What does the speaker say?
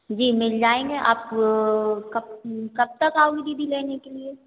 जी मिल जायेंगे आप कब कब तक आओगी दीदी लेने के लिये